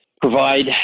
provide